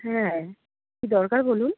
হ্যাঁ কি দরকার বলুন